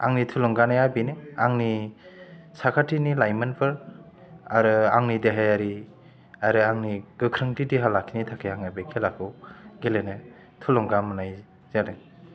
आंनि थुलुंगानाया बेनो आंनि साखाथिनि लायमोनफोर आरो आंनि देहायारि आरो आंनि गोख्रोंथि देहा लाखिनो थाखाय आङो बे खेलाखौ गेलेनो थुलुंगा मोननाय जादों